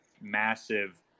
massive